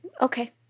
Okay